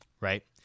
right